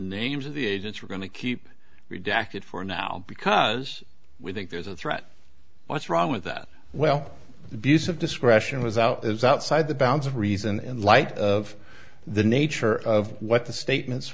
names of the agents are going to keep redacted for now because we think there's a threat what's wrong with that well because of discretion without is outside the bounds of reason in light of the nature of what the statements